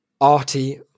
Artie